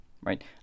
right